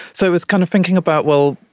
so it was kind of thinking about, well,